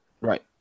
Right